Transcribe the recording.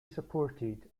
supported